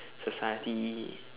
society